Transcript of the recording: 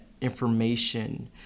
information